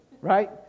right